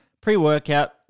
pre-workout